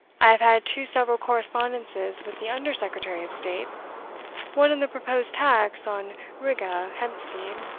i have had two several correspondences with the under secretary of state one on the proposed tax on riga hemp-seed,